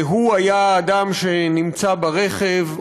הוא היה האדם שנמצא ברכב,